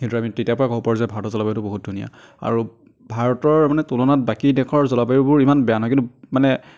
কিন্তু আমি তেতিয়াৰ পৰাই ক'ব পাৰোঁ যে ভাৰতৰ জলবায়ুটো বহুত ধুনীয়া আৰু ভাৰতৰ মানে তুলনাত বাকী দেশৰ জলবায়ুবোৰ ইমান বেয়া নহয় কিন্তু মানে